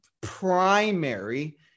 primary